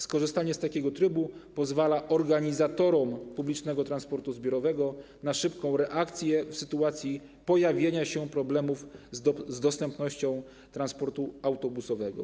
Skorzystanie z takiego trybu pozwala organizatorom publicznego transportu zbiorowego na szybką reakcję w sytuacji pojawienia się problemów z dostępnością transportu autobusowego.